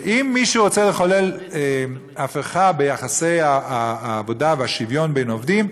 אם מישהו רוצה לחולל הפיכה ביחסי העבודה והשוויון בין עובדים,